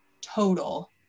total